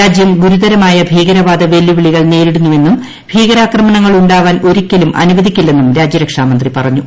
രാജ്യം ഗുരുതരമായ ഭീകരവാദ വെല്ലുവിളികൾ നേരിടുന്നുവെന്നും ഭീകരാക്രമണങ്ങൾ ഉണ്ടാവാൻ ഒരിക്കലും അനുവദിക്കില്ലെന്നും രാജ്യരക്ഷാമന്ത്രിപറഞ്ഞു